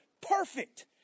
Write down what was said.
perfect